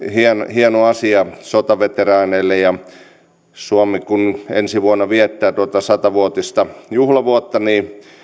hieno asia sotaveteraaneille suomi kun ensi vuonna viettää tuota sata vuotista juhlavuotta niin